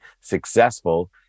successful